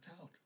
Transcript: out